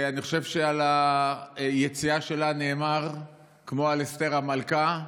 אני חושב שעל היציאה שלה נאמר כמו על אסתר המלכה: